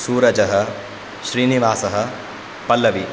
सूरजः श्रीनिवासः पल्लवी